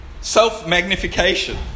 Self-magnification